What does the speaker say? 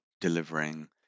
delivering